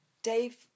Dave